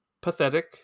pathetic